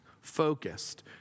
focused